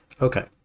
Okay